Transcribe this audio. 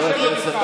אני מוכן לשבת איתך.